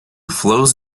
flows